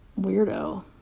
weirdo